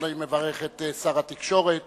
אני מברך את שר התקשורת